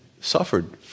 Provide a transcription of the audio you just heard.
suffered